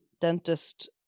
dentist